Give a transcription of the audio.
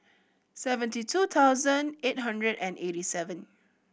seventy two thousand eight hundred and eighty seven